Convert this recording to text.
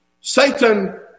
Satan